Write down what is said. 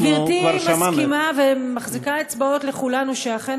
גברתי מסכימה ומחזיקה אצבעות לכולנו שאכן